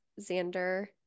xander